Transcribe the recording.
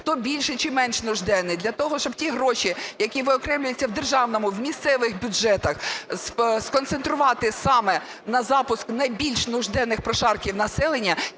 хто більш чи менш нужденний, для того, щоб ті гроші, які виокремлюються в державному, в місцевих бюджетних, сконцентрувати саме на запуск найбільш нужденних прошарків населення